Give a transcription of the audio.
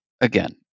again